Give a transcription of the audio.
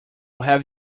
have